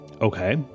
Okay